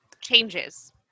changes